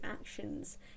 actions